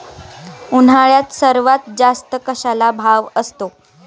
उन्हाळ्यात सर्वात जास्त कशाला भाव असतो?